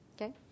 Okay